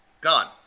gone